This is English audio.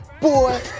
Boy